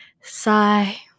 sigh